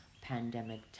pandemic